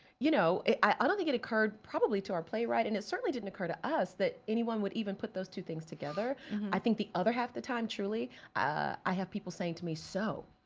you know i don't think it occurred probably to our play right and it certainly didn't occur to us that anyone would even put those things together i think the other half the time truly i have people saying to me so,